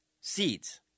seeds